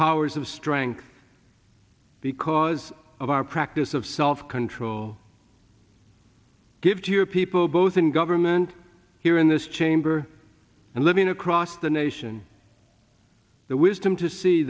towers of strength because of our practice of self control give to your people both in government here in this chamber and living across the nation the wisdom to see